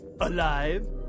alive